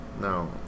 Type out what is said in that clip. No